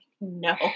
no